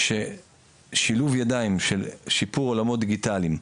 ששילוב ידיים של שיפור עולמות דיגיטליים,